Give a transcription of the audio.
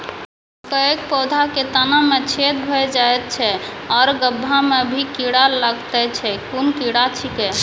मकयक पौधा के तना मे छेद भो जायत छै आर गभ्भा मे भी कीड़ा लागतै छै कून कीड़ा छियै?